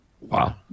Wow